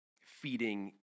feeding